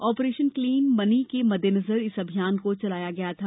operation clean money के मद्देनजर इस अभियान को चलाया गया था